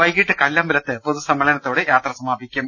വൈകിട്ട് കല്ലമ്പലത്ത് പൊതുസമ്മേളനത്തോടെ യാത്ര സമാപിക്കും